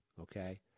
okay